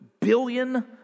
billion